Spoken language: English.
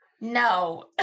no